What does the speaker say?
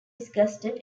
disgusted